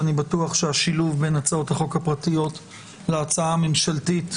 ואני בטוח שהשילוב בין הצעות החוק הפרטיות להצעה הממשלתית